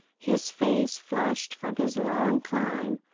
his face flushed from his long climb,